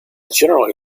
generally